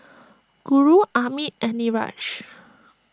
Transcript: Guru Amit and Niraj